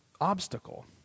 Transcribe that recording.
obstacle